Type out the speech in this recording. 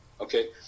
Okay